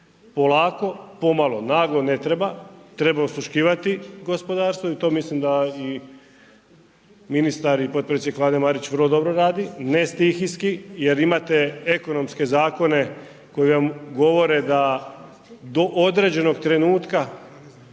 Polako, pomalo, naglo ne treba, treba osluškivati gospodarstvo i to mislim da i ministar i potpredsjednik Vlade Marić vrlo dobro radi, ne stihijski jer imate ekonomske zakone koji vam govore da do određenog trenutka